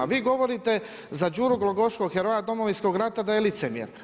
Vi govorite za Đuru Glogoškog heroja Domovinskog rata da je licemjer.